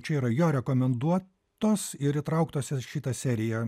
čia yra jo rekomenduotos ir įtrauktos į šitą seriją